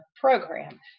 program